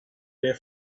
their